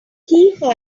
heehaw